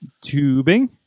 Tubing